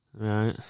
right